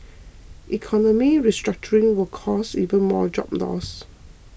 economic restructuring will cause even more job losses